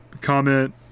comment